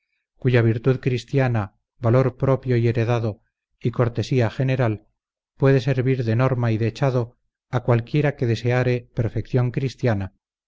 cuya virtud cristiana valor propio y heredado y cortesía general puede servir de norma y dechado a cualquiera que deseare perfección cristiana